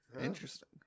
Interesting